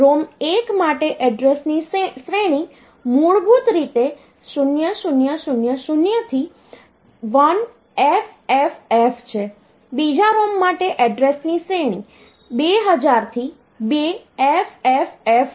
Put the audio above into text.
તેથી ROM1 માટે એડ્રેસની શ્રેણી મૂળભૂત રીતે 0000 થી 1FFF છે બીજા ROM માટે એડ્રેસની શ્રેણી 2000 થી 2FFF હશે